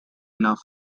enough